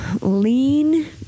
lean